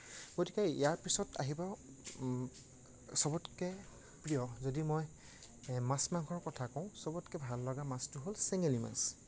গতিকে ইয়াৰ পিছত আহিব চবতকৈ প্ৰিয় যদি মই মাছ মাংসৰ কথা কওঁ চবতকৈ ভাল লগা মাছটো হ'ল চেঙেলী মাছ